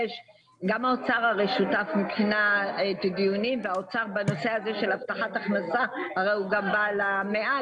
האוצר שותף בדיונים ובנושא הזה של הבטחת ההכנסה הוא גם בעל המאה